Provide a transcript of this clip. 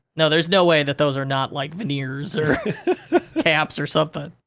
no, there's no way that those are not, like, veneers or caps or something.